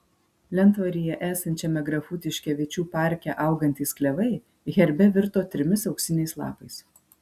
lentvaryje esančiame grafų tiškevičių parke augantys klevai herbe virto trimis auksiniais lapais